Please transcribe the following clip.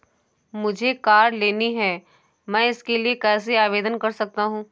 मुझे कार लेनी है मैं इसके लिए कैसे आवेदन कर सकता हूँ?